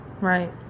right